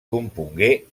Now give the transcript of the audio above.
compongué